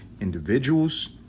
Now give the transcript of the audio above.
individuals